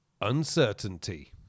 Uncertainty